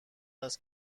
است